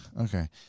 okay